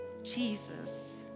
Jesus